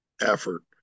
effort